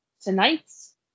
tonight's